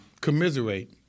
commiserate